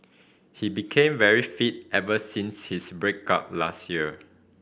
he became very fit ever since his break up last year